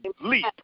leap